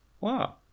Wow